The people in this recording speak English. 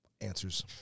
answers